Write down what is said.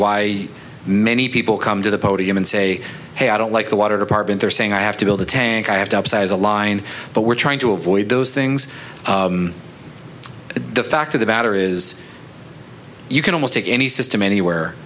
why many people come to the podium and say hey i don't like the water department they're saying i have to build a tank i have to upsize a line but we're trying to avoid those things the fact of the matter is you can almost take any system anywhere